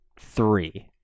three